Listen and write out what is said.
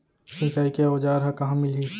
सिंचाई के औज़ार हा कहाँ मिलही?